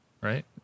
right